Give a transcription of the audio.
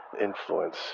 influence